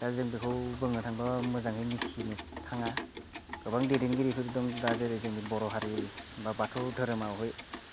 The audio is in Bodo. दा जों बेखौ बुंनो थांब्ला मोजाङै मिथिनो थाङा गोबां दैदेनगिरिफोर दं दा जेरै जोंनि बर' हारि बाथौ धोरोमावहाय